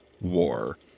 War